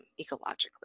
ecologically